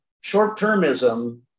short-termism